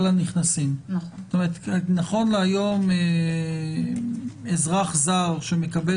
זאת אומרת נכון להיום אזרח זר שמקבל